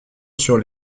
sur